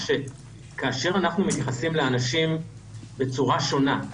שכאשר אנחנו מתייחסים לאנשים בצורה שונה,